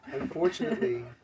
Unfortunately